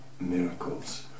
miracles